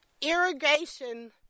irrigation